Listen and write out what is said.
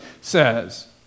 says